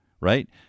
right